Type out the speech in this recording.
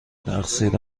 تقصیر